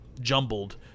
jumbled